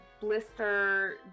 blister